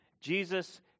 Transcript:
Jesus